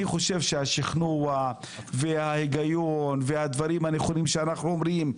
אני חושב שהשכנוע וההיגיון והדברים הנכונים שאנחנו אומרים,